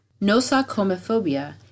Nosocomophobia